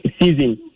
season